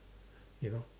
ya lor